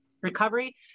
recovery